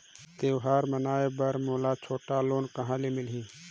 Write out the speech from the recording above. त्योहार मनाए बर मोला छोटा लोन कहां जग मिलही?